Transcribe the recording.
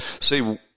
See